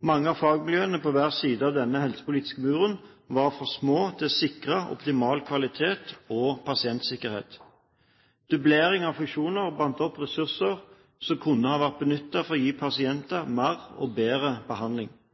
Mange av fagmiljøene på hver side av denne helsepolitiske muren var for små til å sikre optimal kvalitet og pasientsikkerhet. Dublering av funksjoner bandt opp ressurser som kunne ha vært benyttet til å gi pasienter mer og bedre behandling.